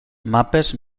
mapes